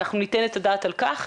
אנחנו ניתן את הדעת על כך.